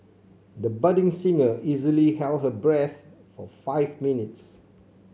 the budding singer easily held her breath for five minutes